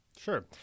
Sure